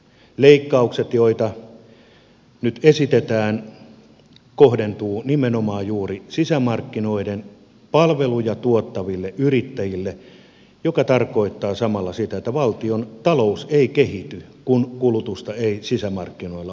leikkaukset joita nyt esitetään kohdentuvat nimenomaan juuri sisämarkkinoiden palveluja tuottaville yrittäjille mikä tarkoittaa samalla sitä että valtiontalous ei kehity kun kulutusta ei sisämarkkinoilla ole